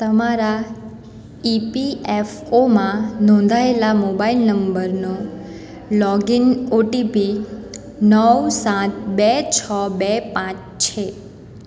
તમારા ઇપીએફઓમાં નોંધાએલા મોબાઇલ નંબરનો લોગઇન ઓટીપી નવ સાત બે છ બે પાંચ છે